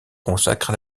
consacre